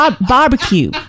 barbecue